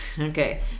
Okay